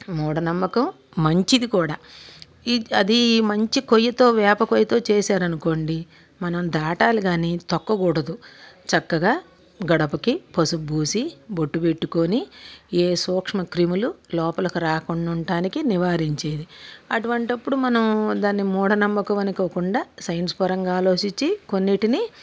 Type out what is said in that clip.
మూఢనమ్మకం మంచిది కూడా అది మంచి కొయ్యతో వేపకొయ్యతో చేశారనుకోండి మనం దాటాలి కానీ తొక్కకూడదు చక్కగా గడపకి పసుపు పూసి బొట్టు పెట్టుకొని ఏ సూక్ష్మ క్రిములు లోపలికి రాకుండా ఉంటానికి నివారించేది అటువంటప్పుడు మనం దాన్ని మూఢనమ్మకం అనుకోకుండా సైన్స్ పరంగా ఆలోచించి కొన్నిటిని